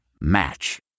Match